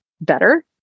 better